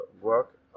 work